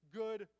good